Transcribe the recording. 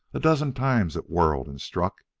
a dozen times it whirled and struck,